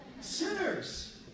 Sinners